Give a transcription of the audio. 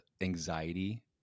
anxiety